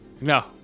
No